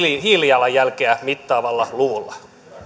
hiilijalanjälkeä mittaavalla luvulla